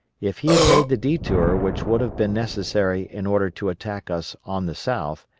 if he had made the detour which would have been necessary in order to attack us on the south,